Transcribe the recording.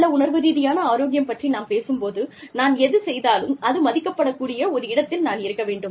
நல்ல உணர்வு ரீதியான ஆரோக்கியம் பற்றி நாம் பேசும்போது நான் எது செய்தாலும் அது மதிக்கப்பட கூடிய ஒரு இடத்தில் நான் இருக்க வேண்டும்